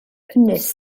ynys